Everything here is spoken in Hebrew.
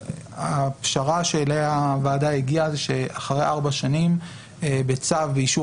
הפשרה שאליה הוועדה הגיעה זה שאחרי ארבע שנים בצו באישור